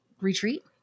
retreat